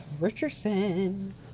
Richardson